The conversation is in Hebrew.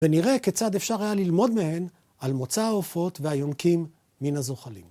ונראה כיצד אפשר היה ללמוד מהן על מוצא העופות והיונקים מן הזוחלים.